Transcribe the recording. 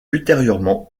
ultérieurement